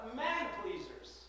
man-pleasers